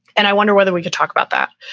and i wonder whether we could talk about that,